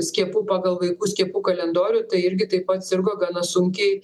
skiepų pagal vaikų skiepų kalendorių tai irgi taip pat sirgo gana sunkiai